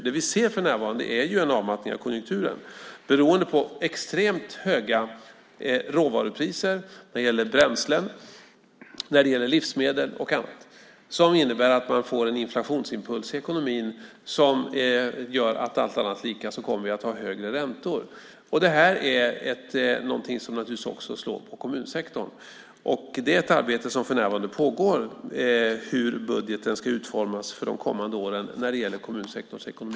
Det vi ser för närvarande är en avmattning av konjunkturen, beroende på extremt höga råvarupriser på bränslen, livsmedel och annat som innebär att man får en inflationsimpuls i ekonomin som gör att vi, allt annat lika, kommer att få högre räntor. Det här är någonting som slår hårt också på kommunsektorn. Det pågår för närvarande ett arbete med hur budgeten ska utformas för de kommande åren när det gäller kommunsektorns ekonomi.